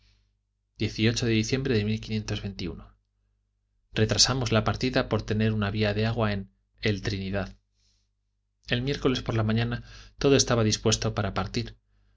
de diciembre de retrasaba la partida por tener una vía de agua el trinidad el miércoles por la mañana todo estaba dispuesto para partir